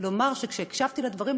לומר שכשהקשבתי לדברים,